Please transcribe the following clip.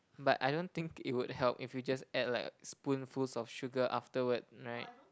but I don't think it would help if you just add like spoonfuls of sugar afterward right